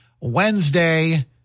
Wednesday